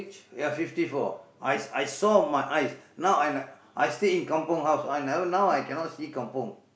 you are fifty four I I saw my eyes now and I still in kampung house now I cannot see kampung